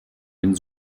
den